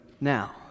now